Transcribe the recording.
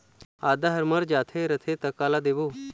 आदा हर मर जाथे रथे त काला देबो?